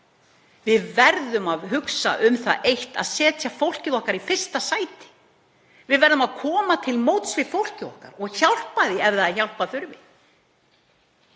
Við verðum að hugsa um það eitt að setja fólkið okkar í fyrsta sæti. Við verðum að koma til móts við fólkið okkar og hjálpa því ef það er hjálpar þurfi.